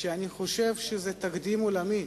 אני חושב שזה תקדים עולמי,